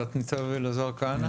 תת-ניצב אלעזר כהנא.